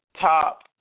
top